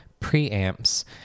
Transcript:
preamps